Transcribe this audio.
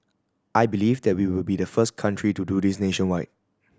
I believe that we will be the first country to do this nationwide